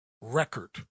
record